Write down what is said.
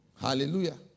Hallelujah